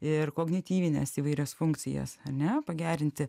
ir kognityvines įvairias funkcijas ar ne pagerinti